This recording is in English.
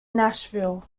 nashville